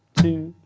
two,